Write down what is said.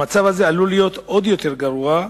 המצב הזה היה עלול להיות עוד יותר גרוע,